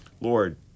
lord